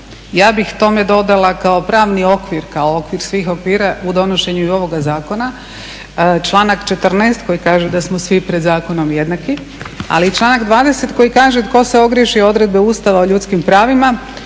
ja bih tome dodala kao pravni okvir, kao okvir svih okvira u donošenju i ovoga zakona članak 14. koji kaže da smo svi pred zakonom jednaki, ali i članak 20. koji kaže tko se ogriješi o odredbe Ustava o ljudskim pravima